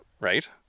right